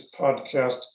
podcast